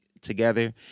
together